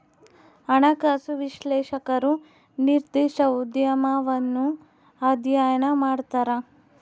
ಹಣಕಾಸು ವಿಶ್ಲೇಷಕರು ನಿರ್ದಿಷ್ಟ ಉದ್ಯಮವನ್ನು ಅಧ್ಯಯನ ಮಾಡ್ತರ